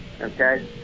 okay